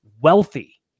wealthy